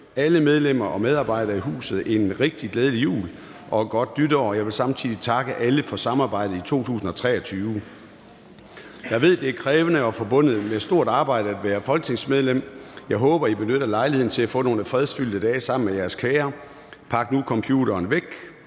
alle medlemmer og medarbejdere i huset en rigtig glædelig jul og et godt nytår. Jeg vil samtidig takke alle for samarbejdet i 2023. Jeg ved, at det er krævende og forbundet med stort arbejde at være folketingsmedlem. Jeg håber, I benytter lejligheden til at få nogle fredfyldte dage sammen med jeres kære. Pak nu computeren væk